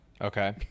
Okay